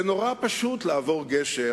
זה נורא פשוט לעבור גשר